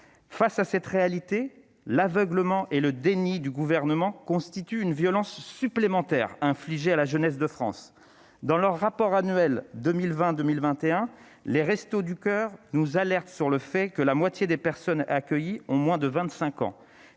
Face à cette réalité, l'aveuglement et le déni du Gouvernement constituent une violence supplémentaire infligée à la jeunesse de France. Dans leur rapport annuel 2020-2021, les Restos du Coeur nous alertent : la moitié des personnes accueillies ont moins de 25 ans